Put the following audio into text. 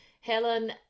Helen